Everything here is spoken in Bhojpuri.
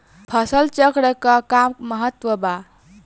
फसल चक्रण क का महत्त्व बा?